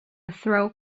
throw